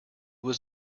was